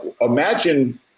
imagine